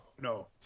no